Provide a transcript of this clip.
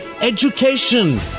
education